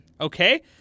Okay